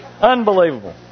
Unbelievable